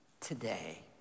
today